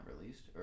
released